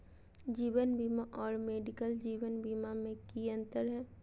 जीवन बीमा और मेडिकल जीवन बीमा में की अंतर है?